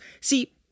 See